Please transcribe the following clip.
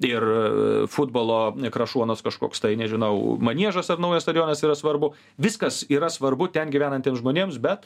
ir futbolo krašuonos kažkoks tai nežinau maniežas ar naujas stadionas yra svarbu viskas yra svarbu ten gyvenantiems žmonėms bet